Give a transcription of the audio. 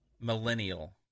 millennial